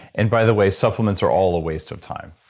and by the way, supplements are all a waste of time.